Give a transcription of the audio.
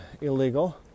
illegal